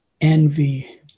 envy